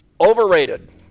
overrated